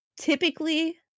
typically